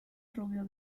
rubio